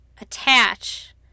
attach